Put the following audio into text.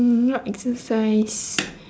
not exercise